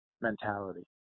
Mentality